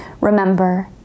Remember